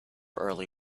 early